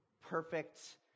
perfect